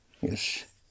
Yes